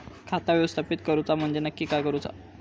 खाता व्यवस्थापित करूचा म्हणजे नक्की काय करूचा?